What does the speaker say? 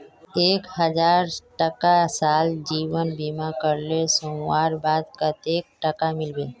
एक हजार टका साल जीवन बीमा करले मोरवार बाद कतेक टका मिलबे?